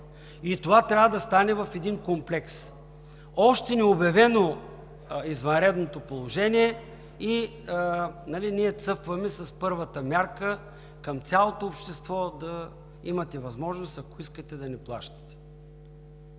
Това трябва да стане в един комплекс. Още необявено извънредното положение, и ние цъфваме с първата мярка към цялото общество да имате възможност, ако искате, да не плащате?!